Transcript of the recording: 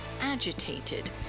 agitated